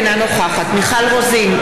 אינה נוכחת מיכל רוזין,